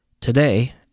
Today